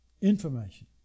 Information